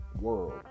world